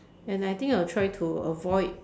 and I think I'll try to avoid